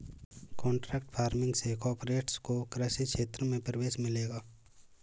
contract farming से corporates को कृषि क्षेत्र में प्रवेश मिलेगा